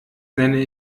nenne